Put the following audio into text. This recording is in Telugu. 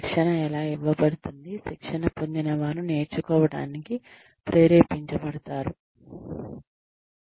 శిక్షణ ఎలా ఇవ్వబడుతుంది శిక్షణ పొందినవారు నేర్చుకోవటానికి ప్రేరేపించబడతారు